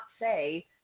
say